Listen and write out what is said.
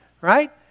Right